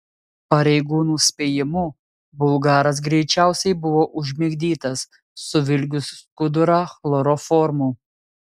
pareigūnų spėjimu bulgaras greičiausiai buvo užmigdytas suvilgius skudurą chloroformu